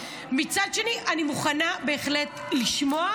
ומצד שני אני מוכנה בהחלט לשמוע